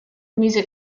music